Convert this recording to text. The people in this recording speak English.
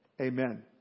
Amen